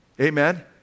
Amen